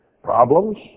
problems